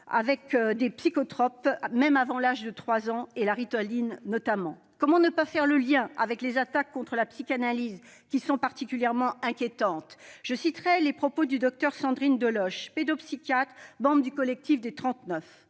base de psychotropes, même avant l'âge de 3 ans, et de Ritaline notamment. Comment ne pas faire le lien avec les attaques contre la psychanalyse, qui sont particulièrement inquiétantes ? À cet égard, je citerai les propos du docteur Sandrine Deloche, pédopsychiatre, membre du Collectif des 39